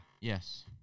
Yes